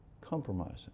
Compromising